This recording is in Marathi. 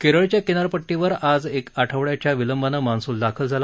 केरळच्या किनारपट्टीवर आज एक आठवड्याच्या विलंबानं मान्सून दाखल झाला